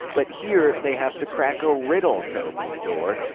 but here, they have to crack a riddle to open the door.